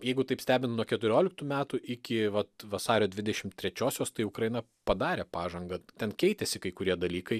jeigu taip stebint nuo keturioliktų metų iki vat vasario dvidešim trečiosios tai ukraina padarė pažangą ten keitėsi kai kurie dalykai